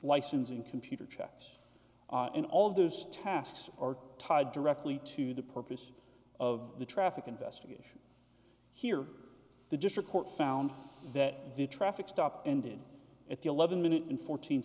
licensing computer checks and all of those tasks are tied directly to the purpose of the traffic investigation here the district court found that the traffic stop ended at the eleven minute and fourteen